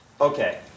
Okay